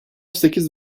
sekiz